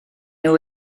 nhw